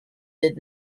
did